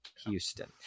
Houston